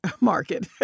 market